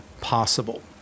possible